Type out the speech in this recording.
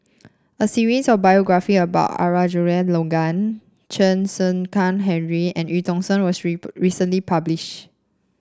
a series of biography about Logan Chen Henri and Eu Tong Sen was recently publish